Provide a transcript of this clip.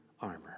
armor